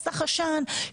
מסך עשן,